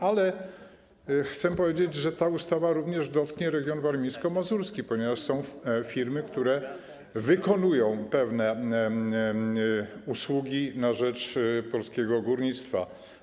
Ale chcę powiedzieć, że ta ustawa również dotknie region warmińsko-mazurski, ponieważ są firmy, które wykonują pewne usługi na rzecz polskiego górnictwa.